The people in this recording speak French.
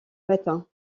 matin